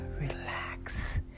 relax